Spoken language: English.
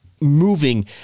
moving